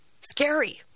scary